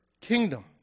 kingdom